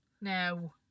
No